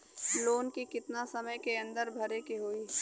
Loan के कितना समय के अंदर भरे के होई?